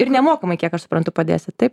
ir nemokamai kiek aš suprantu padėsit